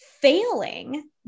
failing